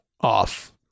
off